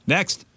Next